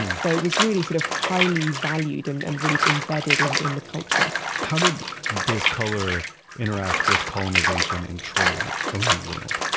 and so it was really sort of highly valued and and really embedded in in the culture how did this color interact with colonization and trade around the world?